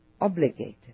obligated